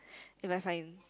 if I find